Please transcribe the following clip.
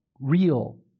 real